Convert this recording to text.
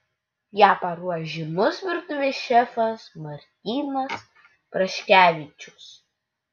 ją paruoš žymus virtuvės šefas martynas praškevičius